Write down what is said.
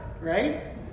right